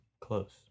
Close